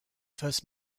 first